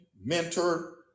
mentor